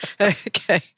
Okay